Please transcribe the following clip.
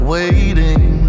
Waiting